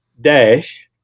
dash